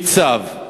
ניצב.